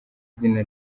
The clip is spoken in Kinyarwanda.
izina